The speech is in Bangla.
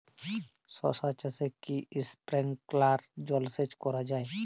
শশা চাষে কি স্প্রিঙ্কলার জলসেচ করা যায়?